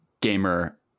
gamer